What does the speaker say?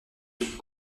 une